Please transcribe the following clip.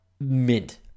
Mint